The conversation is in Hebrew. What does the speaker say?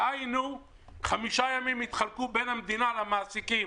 דהיינו חמישה ימים יתחלקו בין המדינה למעסיקים.